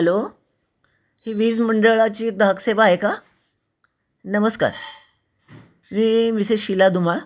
hello ही वीज मंडळाची ग्राहकसेवा आहे का नमस्कार मी मिसेस शीला धुमाळ